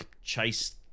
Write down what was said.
chase